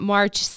March